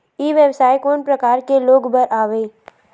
ई व्यवसाय कोन प्रकार के लोग बर आवे?